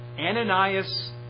Ananias